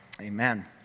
Amen